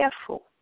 careful